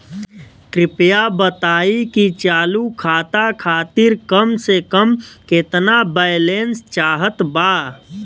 कृपया बताई कि चालू खाता खातिर कम से कम केतना बैलैंस चाहत बा